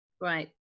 Right